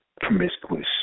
promiscuous